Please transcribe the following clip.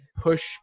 push